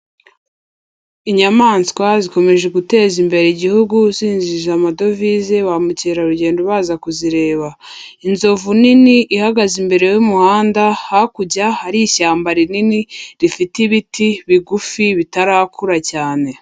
Inyamaswa zikomeje guteza imbere igihugu zinjiza amadovize ba mukerarugendo baza kuzireba, inzovu nini ihagaze imbere y'umuhanda, hakurya hari ishyamba rinini rifite ibiti bigufi bitarakura cyane.